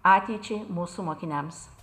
ateičiai mūsų mokiniams